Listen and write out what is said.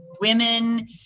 women